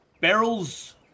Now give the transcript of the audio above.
barrels